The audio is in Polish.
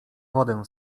wodę